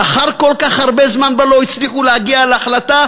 לאחר כל כך הרבה זמן שבו לא הצליחו להגיע להחלטה,